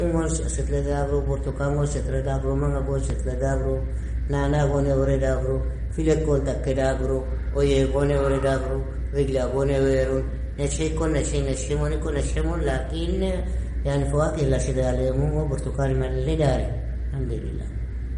shetladagru, برتكان gon ishetladagru, منقة gon shetladagru, naana gon ewradgru, filekon takedagru, oye gon ewradagru, rijla gon ewarun, nejhikon nejhi nejhimonikon nejhimon, lakin, yani fuwakih la ashriya lemungo burtukani malle dari, hamdilila.